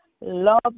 Love